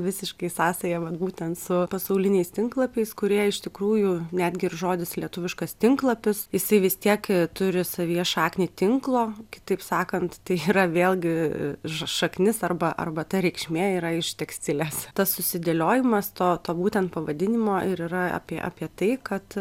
visiškai sąsaja vat būtent su pasauliniais tinklapiais kurie iš tikrųjų netgi ir žodis lietuviškas tinklapis jisai vis tiek turi savyje šaknį tinklo kitaip sakant tai yra vėlgi šaknis arba arba ta reikšmė yra iš tekstilės tas susidėliojimas to to būtent pavadinimo ir yra apie apie tai kad